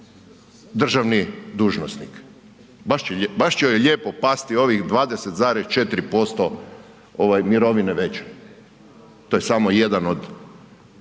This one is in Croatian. državni dužnosnik, baš će joj lijepo pasti ovih 20,4% ovaj mirovine veće. To je samo jedan od